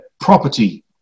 property